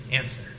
answer